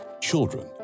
children